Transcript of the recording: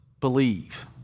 believe